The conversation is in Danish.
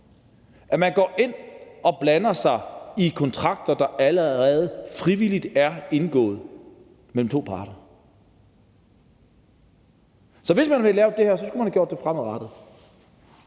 at man går ind og blander sig i kontrakter, der allerede frivilligt er indgået mellem to parter. Så hvis man ville have lavet det her, skulle man have gjort det fremadrettet.